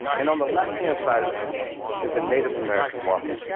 and on the left-hand side of him is a native american walking.